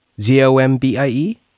Z-O-M-B-I-E